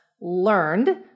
learned